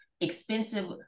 expensive